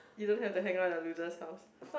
you don't have to hang out in a loser's house